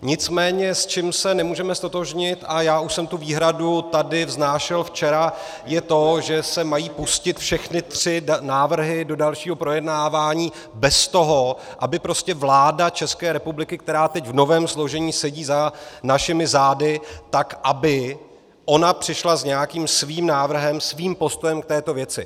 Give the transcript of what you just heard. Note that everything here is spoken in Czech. Nicméně s čím se nemůžeme ztotožnit, a já už jsem tu výhradu tady vznášel včera, je to, že se mají pustit všechny tři návrhy do dalšího projednávání bez toho, aby vláda České republiky, která teď v novém složení sedí za našimi zády, přišla s nějakým svým návrhem, svým postojem k této věci.